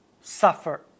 suffer